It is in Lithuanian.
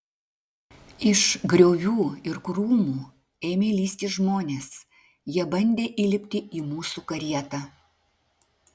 iš griovių ir krūmų ėmė lįsti žmonės jie bandė įlipti į mūsų karietą